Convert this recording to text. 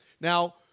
Now